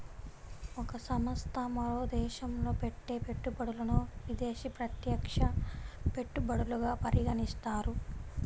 ఒక సంస్థ మరో దేశంలో పెట్టే పెట్టుబడులను విదేశీ ప్రత్యక్ష పెట్టుబడులుగా పరిగణిస్తారు